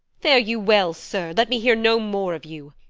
fare you well, sir let me hear no more of you!